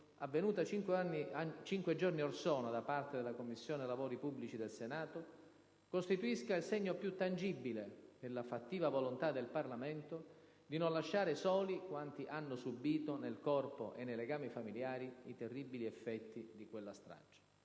avvenuta cinque giorni or sono da parte della Commissione lavori pubblici del Senato, costituisca il segno più tangibile della fattiva volontà del Parlamento di non lasciare soli quanti hanno subito nel corpo e nei legami familiari i terribili effetti di quella strage.